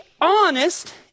honest